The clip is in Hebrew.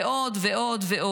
ועוד ועוד.